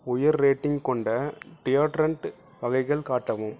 உயர் ரேட்டிங் கொண்ட டியோடரண்ட் வகைகள் காட்டவும்